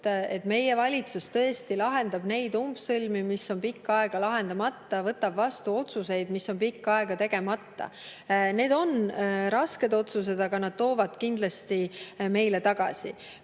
Meie valitsus tõesti lahendab neid umbsõlmi, mis on pikka aega lahendamata, võtab vastu otsuseid, mis on pikka aega tegemata. Need on rasked otsused, aga nad toovad kindlasti meile tagasi.